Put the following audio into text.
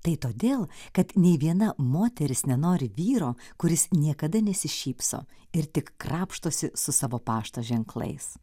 tai todėl kad nei viena moteris nenori vyro kuris niekada nesišypso ir tik krapštosi su savo pašto ženklais